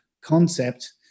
concept